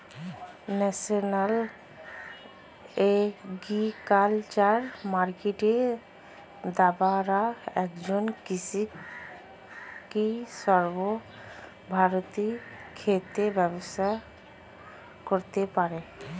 National agriculture market দ্বারা একজন কৃষক কি সর্বভারতীয় ক্ষেত্রে ব্যবসা করতে পারে?